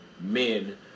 men